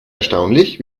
erstaunlich